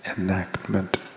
enactment